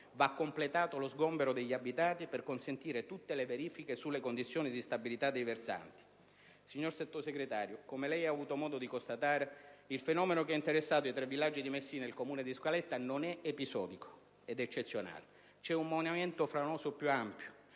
va completato lo sgombero degli abitati per consentire tutte le verifiche sulle condizioni di stabilità dei versanti. Signor Sottosegretario, come lei ha avuto modo di constatare, il fenomeno che ha interessato i tre villaggi di Messina e il Comune di Scaletta non è episodico ed eccezionale: c'è un movimento franoso più ampio.